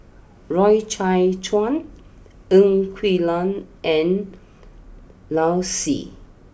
Loy Chye Chuan Ng Quee Lam and Lau Si